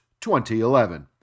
2011